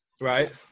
Right